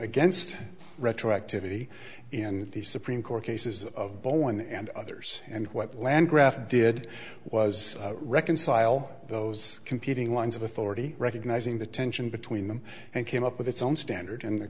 against retroactivity in the supreme court cases of bowen and others and what land graph did was reconcile those competing lines of authority recognizing the tension between them and came up with its own standard and the